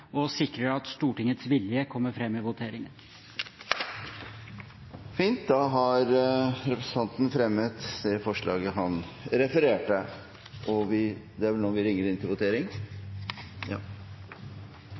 å sikre at Stortingets vilje kommer fram i voteringen. Da har representanten fremmet det forslaget han refererte. Flere har ikke bedt om ordet til